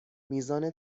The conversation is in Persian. میزان